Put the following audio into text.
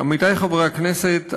עמיתי חברי הכנסת,